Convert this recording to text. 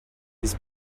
his